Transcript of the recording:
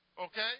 okay